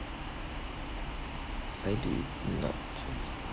trying to not to